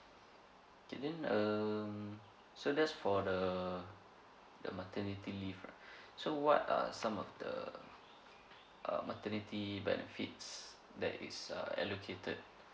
okay then um so that's for the the maternity leave right so what are some of the uh maternity benefits that is uh allocated